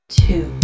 two